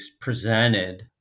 presented